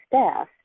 staff